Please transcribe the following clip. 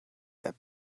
that